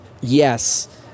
yes